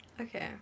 Okay